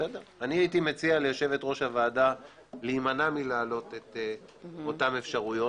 הייתי מציע ליושבת-ראש הוועדה להימנע מלהעלות אותן אפשרויות